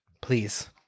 Please